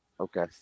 Okay